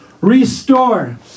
Restore